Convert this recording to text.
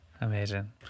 amazing